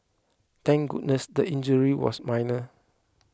thank goodness the injury was minor